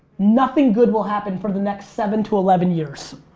nothing good will happen for the next seven to eleven years.